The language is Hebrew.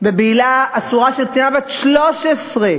בבעילה אסורה של קטינה בת 13,